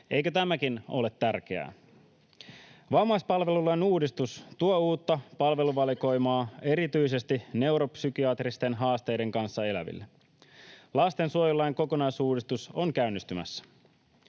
Eikö tämäkin ole tärkeää? Vammaispalvelulain uudistus tuo uutta palveluvalikoimaa erityisesti neuropsykiatristen haasteiden kanssa eläville. Lastensuojelulain kokonaisuudistus on käynnistymässä.